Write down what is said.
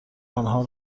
آنها